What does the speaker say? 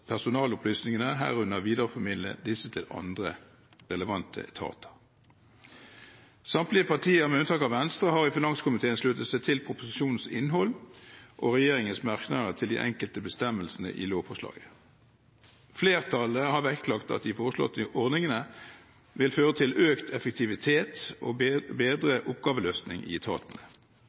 personalopplysningene, herunder videreformidle disse til andre relevante etater. Samtlige partier, med unntak av Venstre, har i finanskomiteen sluttet seg til proposisjonens innhold og regjeringens merknader til de enkelte bestemmelsene i lovforslaget. Flertallet har vektlagt at de foreslåtte ordningene vil føre til økt effektivitet og bedre oppgaveløsning i etatene.